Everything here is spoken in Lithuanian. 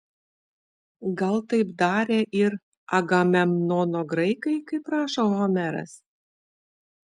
gal taip darė ir agamemnono graikai kaip rašo homeras